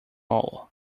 all